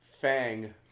Fang